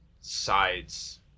sides